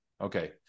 Okay